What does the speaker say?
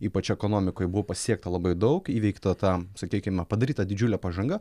ypač ekonomikoj buvo pasiekta labai daug įveikta ta sakykime padaryta didžiulė pažanga